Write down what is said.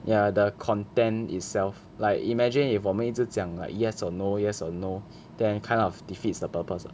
ya the content itself like imagine if 我们一直讲 like yes or no yes or no then kind of defeats the purpose lah